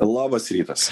labas rytas